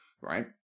right